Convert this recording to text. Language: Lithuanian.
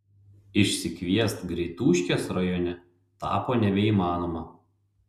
išsikviest greituškės rajone tapo nebeįmanoma